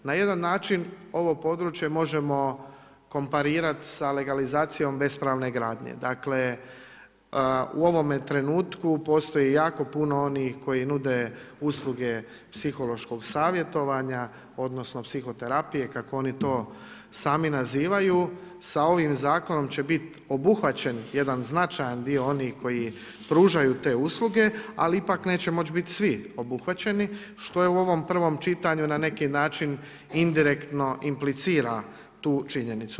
Na jedan način ovo područje možemo komparirati sa legalizacijom bespravne gradnje, dakle u ovome trenutku postoje jako puno onih koji nude usluge psihološkog savjetovanja odnosno psihoterapije kako oni to sami nazivaju, sa ovim zakonom će biti obuhvaćen jedan značajan dio onih koji pružaju te usluge ali ipak neće moći bit svi obuhvaćeni što je u ovom prvom čitanju na neki način indirektno implicira tu činjenicu.